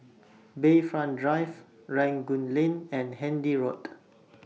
Bayfront Drive Rangoon Lane and Handy Road